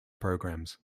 programs